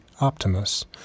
Optimus